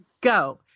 go